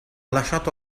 lasciato